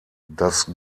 das